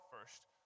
first